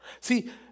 See